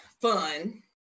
fun